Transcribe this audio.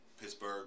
Pittsburgh